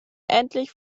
endlich